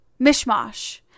mishmash